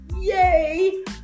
yay